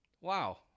Wow